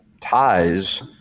ties